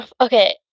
okay